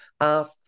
ask